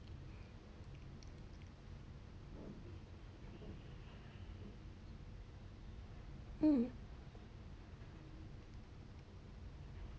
hmm